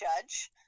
judge